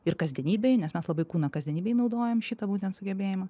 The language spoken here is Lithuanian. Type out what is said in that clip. ir kasdienybėj nes mes labai kūną kasdienybėj naudojam šitą būtent sugebėjimą